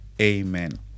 Amen